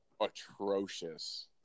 atrocious